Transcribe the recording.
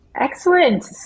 Excellent